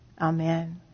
Amen